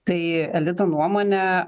tai elito nuomone